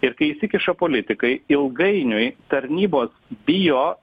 ir kai įsikiša politikai ilgainiui tarnybos bijo